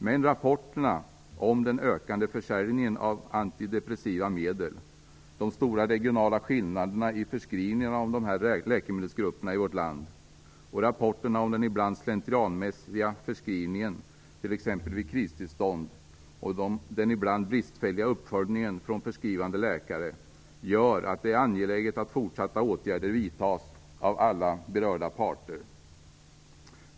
Men rapporterna om den ökande försäljningen av antidepressiva medel, de stora regionala skillnaderna i förskrivningarna av dessa läkemedelsgrupper i vårt land, rapporterna om den ibland slentrianmässiga förskrivningen, t.ex. vid kristillstånd, och den ibland bristfälliga uppföljningen från förskrivande läkare gör att det är angeläget att fortsatta åtgärder vidtas av alla berörda parter.